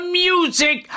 music